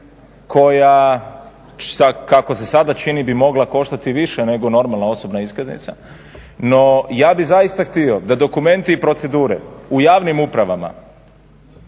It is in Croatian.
koja, kako se sada čini, bi mogla koštati više nego normalna osobna iskaznica. No ja bih zaista htio da dokumenti i procedure u javnim upravama